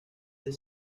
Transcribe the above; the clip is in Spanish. del